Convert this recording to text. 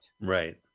Right